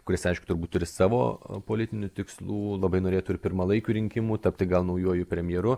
kuris aišku turbūt turi savo politinių tikslų labai norėtų ir pirmalaikių rinkimų tapti gal naujuoju premjeru